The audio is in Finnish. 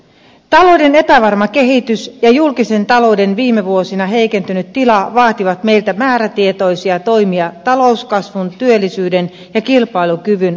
talouden epävarma kehitys ja julkisen talouden viime vuosina heikentynyt tila vaativat meiltä määrätietoisia toimia talouskasvun työllisyyden ja kilpailukyvyn vahvistamisen puolesta